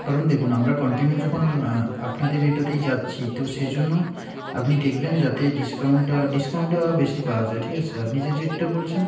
কারণ দেখুন আমরা কন্টিনিউ যখন আপনাদের এটাতেই যাচ্ছি তো সেজন্য আপনি দেখবেন যাতে ডিসকাউন্টটা ডিসকাউন্টটা বেশি পাওয়া যায় ঠিক আছে আপনি যে রেটটা বলছেন